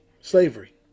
Slavery